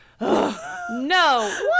no